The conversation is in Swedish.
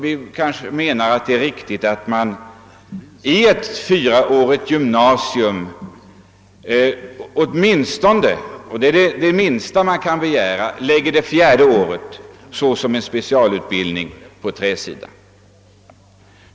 Vi menar att det är riktigt att i ett fyraårigt gymnasium anslå det fjärde året — och det är det minsta man kan begära — till en specialutbildning på träområdet.